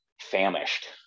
famished